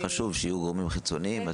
חשוב שיהיו גורמים חיצוניים,